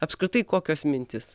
apskritai kokios mintis